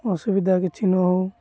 ଅସୁବିଧା କିଛି ନ ହଉ